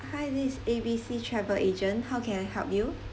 hi this is A B C travel agent how can I help you